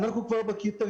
אנחנו כבר בקריטריונים,